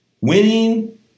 Winning